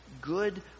good